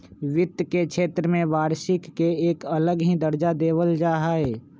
वित्त के क्षेत्र में वार्षिक के एक अलग ही दर्जा देवल जा हई